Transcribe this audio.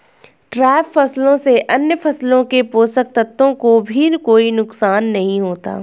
trap फसलों से अन्य फसलों के पोषक तत्वों को भी कोई नुकसान नहीं होता